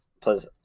Plus